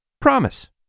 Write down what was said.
Promise